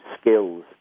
skills